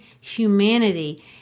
humanity